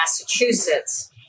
Massachusetts